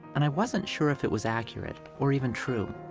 and i wasn't sure if it was accurate, or even true.